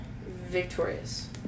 Victorious